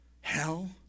Hell